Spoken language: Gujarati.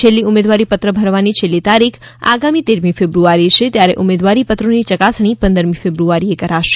છેલ્લી ઉમેદવારી પત્ર ભરવાની છેલ્લી તારીખ આગામી તેર ફેબ્રુઆરી છે જ્યારે ઉમેદવારી પત્રોની ચકાસણી પંદરમી ફેબ્રુઆરીએ કરાશે